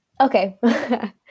okay